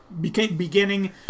beginning